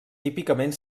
típicament